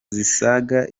zisaga